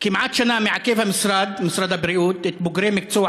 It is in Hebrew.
כמעט שנה מעכב משרד הבריאות את בוגרי מקצוע